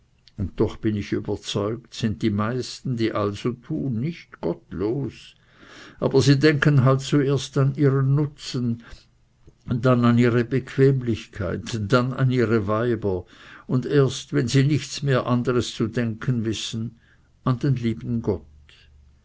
und doch bin ich überzeugt sind die meisten die also tun nicht gottlos aber sie denken halt zuerst an ihren nutzen dann an ihre bequemlichkeit dann an ihre weiber und erst wenn sie nichts mehr anderes zu denken wissen an den lieben gott